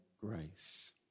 grace